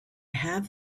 have